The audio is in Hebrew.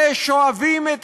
ולנציגי ממשלה לנהל